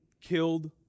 killed